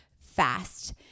fast